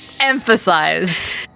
emphasized